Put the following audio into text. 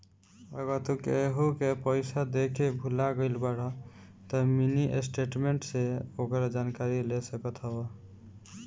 अगर तू केहू के पईसा देके भूला गईल बाड़ऽ तअ मिनी स्टेटमेंट से ओकर जानकारी ले सकत हवअ